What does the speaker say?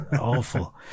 awful